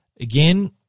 Again